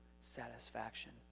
satisfaction